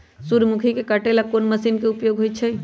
सूर्यमुखी के काटे ला कोंन मशीन के उपयोग होई छइ?